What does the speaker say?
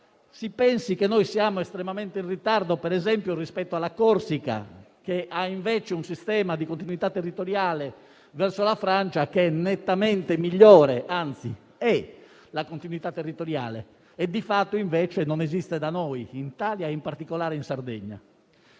Si pensi che siamo estremamente in ritardo, per esempio rispetto alla Corsica, che ha invece un sistema di continuità territoriale verso la Francia nettamente migliore. Anzi, è una continuità territoriale, che invece non esiste in Italia e in particolare in Sardegna.